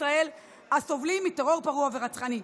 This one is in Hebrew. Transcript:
ישראל הסובלים מטרור פרוע ורצחני.